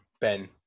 Ben